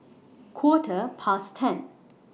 Quarter Past ten